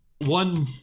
One